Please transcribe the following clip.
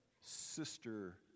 sister